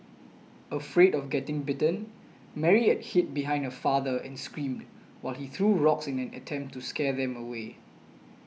afraid of getting bitten Mary hid behind her father and screamed while he threw rocks in an attempt to scare them away